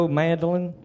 mandolin